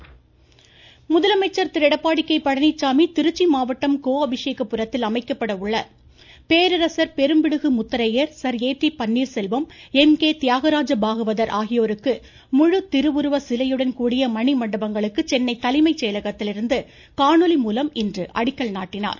முதலமைச்சர் திருச்சி முதலமைச்சர் திரு எடப்பாடி கே பழனிச்சாமி திருச்சி மாவட்டம் கோ அபிஷேகபுரத்தில் அமைக்கப்பட உள்ள பேரரசர் Perumbidugu Mutharaiyar Sir A T Panneerselvam MK Thyagaraja Bhagavathar ஆகியோருக்கு முழு திருவுருவ சிலையுடன் கூடிய மணிமண்டபங்களுக்கு சென்னை தலைமை செயலகத்திலிருந்து காணொலி மூலம் இன்று அடிக்கல் நாட்டினார்